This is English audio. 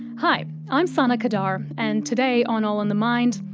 hi. i'm sana qadar, and today on all in the mind,